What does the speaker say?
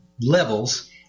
levels